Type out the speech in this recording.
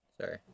sorry